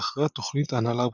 ואחריה תוכנית ההנהלה הבכירה.